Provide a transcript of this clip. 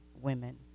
women